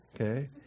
Okay